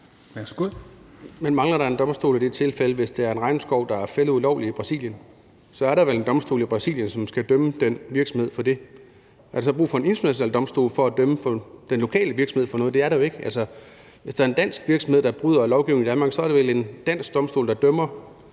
Man mangler der en domstol i det tilfælde, at en regnskov er fældet ulovligt i Brasilien? Så er der vel en domstol i Brasilien, som skal dømme den virksomhed for det. Er der så brug for en international domstol til at dømme den lokale virksomhed for noget? Det er der jo ikke. Altså, hvis der er en dansk virksomhed, der bryder lovgivningen i Danmark, så er det vel en dansk domstol, der dømmer,